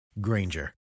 Granger